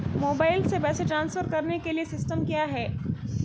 Mobile से पैसे transfer करने के लिए सिस्टम क्या है?